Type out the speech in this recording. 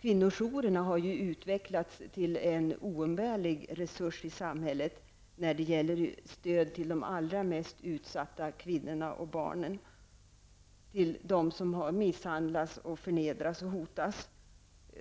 Kvinnojourerna har ju utvecklats till en oumbärlig resurs i samhället när det gäller stöd till de allra mest utsatta kvinnorna och barnen, till dem som har misshandlats, förnedrats och hotats.